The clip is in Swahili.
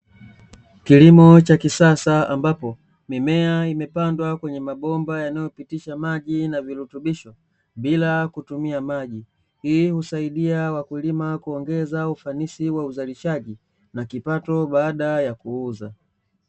Kilimo cha kisasa ambapo mimea imepandwa kwenye mabomba yanayopitisha, maji na virutubisho bila kutumia maji, hii husaidia wakulima kuongeza ufanisi wa uzalishaji na kipato baada ya kuuza.